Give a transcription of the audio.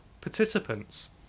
participants